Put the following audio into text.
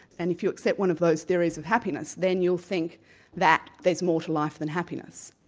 and if you accept one of those theories of happiness, then you'll think that there's more to life than happiness.